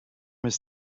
his